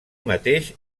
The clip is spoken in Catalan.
mateix